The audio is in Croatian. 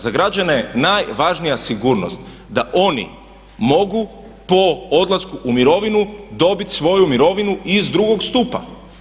Za građane je najvažnija sigurnost da oni mogu po odlasku u mirovinu dobit svoju mirovinu iz 2. stupa.